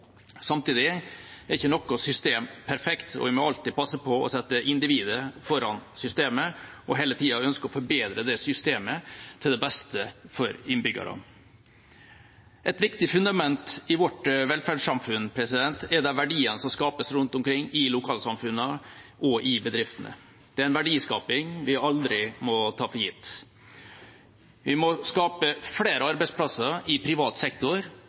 Samtidig er ikke noe system perfekt. Vi må alltid passe på å sette individet foran systemet og hele tida ønske å forbedre det systemet til det beste for innbyggerne. Et viktig fundament i vårt velferdssamfunn er de verdiene som skapes rundt omkring i lokalsamfunnene og i bedriftene. Det er en verdiskaping vi aldri må ta for gitt. Vi må skape flere arbeidsplasser i privat sektor